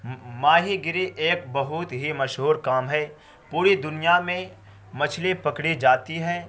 ماہی گیری ایک بہت ہی مشہور کام ہے پوری دنیا میں مچھلی پکڑی جاتی ہے